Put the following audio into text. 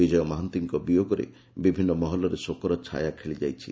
ବିଜୟ ମହାନ୍ତିଙ୍କ ବିୟୋଗରେ ବିଭିନ୍ନ ମହଲରେ ଶୋକର ଛାୟା ଖେଳିଯାଇଛି